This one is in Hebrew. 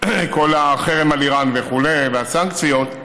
כל החרם על איראן וכו', והסנקציות,